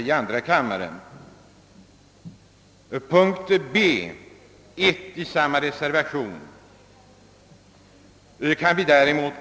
Däremot yrkar vi bifall till reservationens yrkande under I.